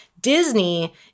Disney